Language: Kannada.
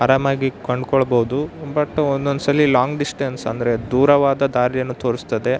ಆರಾಮಾಗಿ ಕೊಂಡುಕೊಳ್ಬೋದು ಬಟ್ ಒಂದೊಂದು ಸಲ ಲಾಂಗ್ ಡಿಶ್ಟೆನ್ಸ್ ಅಂದರೆ ದೂರವಾದ ದಾರಿಯನ್ನು ತೋರಿಸ್ತದೆ